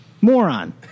moron